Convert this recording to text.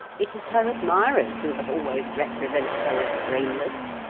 it is her admirers who have always represented her as brainless.